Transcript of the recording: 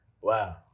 Wow